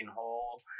hole